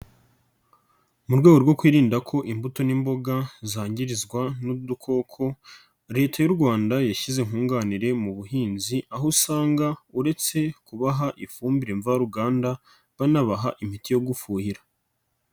Mu rwego rwo kwirinda ko imbuto n'imboga zangirizwa n'udukoko, Leta y'u Rwanda yashyize nkunganire mu buhinzi aho usanga uretse kubaha ifumbire mvaruganda banabaha imiti yo gufuhira.